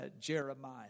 Jeremiah